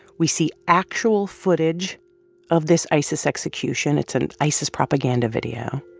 we see actual footage of this isis execution. it's an isis propaganda video.